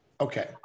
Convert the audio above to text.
Okay